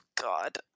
god